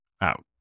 out